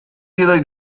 titoli